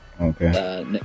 Okay